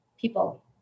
people